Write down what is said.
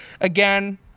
Again